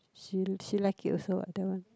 she she like it also what that one